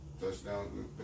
touchdown